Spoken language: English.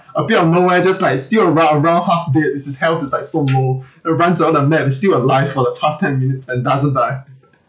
appeared out of nowhere just like still around around half dead with his health is like so low uh runs on the map still alive for the past ten minutes and doesn't die